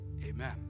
Amen